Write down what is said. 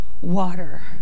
water